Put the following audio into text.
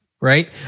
right